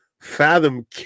fathom